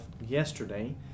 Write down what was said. yesterday